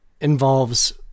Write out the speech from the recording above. involves